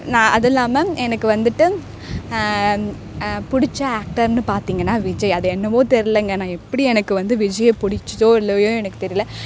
நான் அதுவும் இல்லாமல் எனக்கு வந்துட்டு பிடிச்ச ஆக்டர்ன்னு பார்த்தீங்கன்னா விஜய் அது என்னவோ தெரிலங்க நான் எப்படி எனக்கு வந்து விஜயை பிடிச்சிதோ இல்லையோ எனக்கு தெரியல